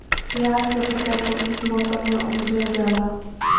प्याज के फसल को किस मौसम में उपजल जाला?